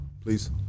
please